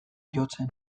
jotzen